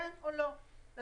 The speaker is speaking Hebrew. כן או לא לתת.